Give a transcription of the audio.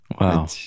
Wow